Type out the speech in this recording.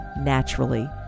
naturally